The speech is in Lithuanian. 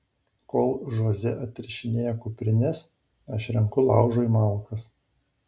kol žoze atrišinėja kuprines aš renku laužui malkas